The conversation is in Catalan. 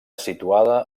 situada